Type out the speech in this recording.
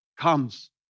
comes